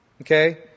Okay